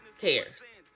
cares